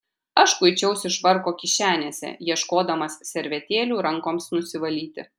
aš kuičiausi švarko kišenėse ieškodamas servetėlių rankoms nusivalyti